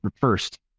first